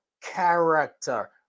character